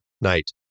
night